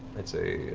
i'd say,